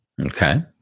Okay